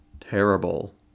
terrible